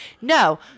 No